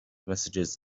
messages